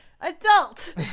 Adult